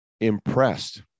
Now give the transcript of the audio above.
impressed